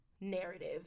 narrative